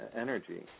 energy